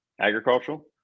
agricultural